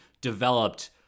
developed